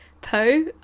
Po